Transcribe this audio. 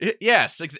Yes